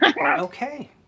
Okay